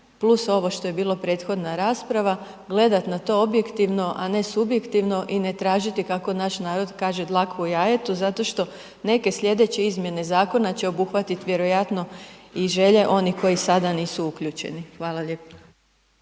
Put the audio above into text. plus ovo što je bilo prethodna rasprava, gledati na to objektivno, a ne subjektivno i ne tražiti kako naš narod kaže, dlaku u jajetu zato što neke sljedeće izmjene zakona će obuhvatiti vjerojatno i želje onih koji sada nisu uključeni. Hvala lijepo.